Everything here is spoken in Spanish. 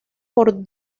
por